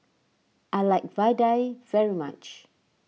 I like Vadai very much